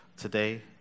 today